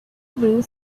blue